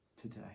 today